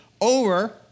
over